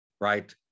Right